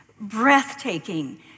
breathtaking